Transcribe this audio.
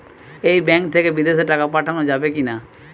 এই ব্যাঙ্ক থেকে বিদেশে টাকা পাঠানো যাবে কিনা?